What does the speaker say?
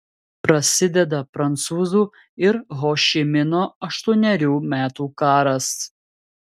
prasideda prancūzų ir ho ši mino aštuonerių metų karas